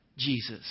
Jesus